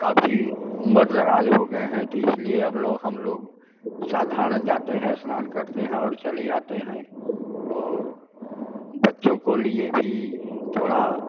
काफी उम्र दराज हो गए हैं तो इसलिए अब लो हम लोग साधारण जाते हैं स्नान करते हैं और चले आते हैं और बच्चों को लिए भी थोड़ा